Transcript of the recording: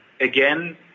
Again